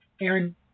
Aaron